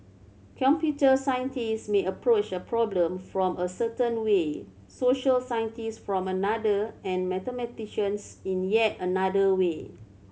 computer scientists may approach a problem from a certain way social scientists from another and mathematicians in yet another way